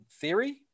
theory